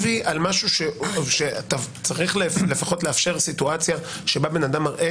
אתה צריך לאפשר לפחות מצב שבו אדם מראה